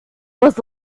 was